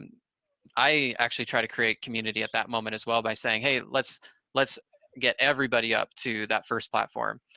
and i actually try to create community at that moment as well by saying, hey, let's let's get everybody up to that first platform,